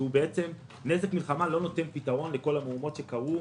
שבו "נזק מלחמה" לא נותן פתרון לכל המהומות שקרו,